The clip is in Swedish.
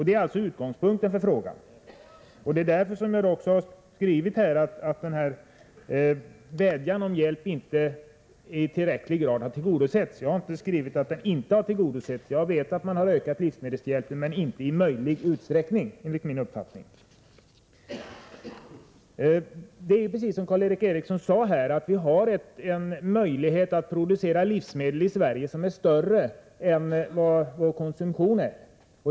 Detta är alltså bakgrunden till frågan och anledningen till att jag skrivit att vädjan om hjälp inte i tillräcklig grad har hörsammats. Jag har inte skrivit att denna vädjan inte alls har hörsammats. Jag vet att livsmedelshjälpen har utökats. Men det har enligt min uppfattning inte skett i möjlig utsträckning. Det är precis som Karl Erik Eriksson nyss sade: att vi i Sverige har möjlighet att producera mer livsmedel än vi konsumerar.